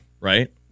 right